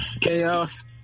Chaos